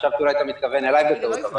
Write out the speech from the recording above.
חשבתי שאולי אתה מתכוון אליי בטעות...